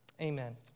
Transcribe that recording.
Amen